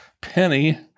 Penny